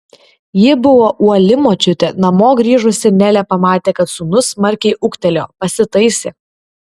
ji buvo uoli močiutė namo grįžusi nelė pamatė kad sūnus smarkiai ūgtelėjo pasitaisė